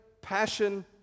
passion